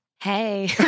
hey